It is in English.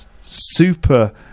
super